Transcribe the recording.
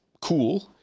cool